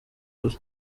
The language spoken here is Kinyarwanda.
gusa